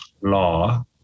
law